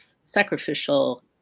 sacrificial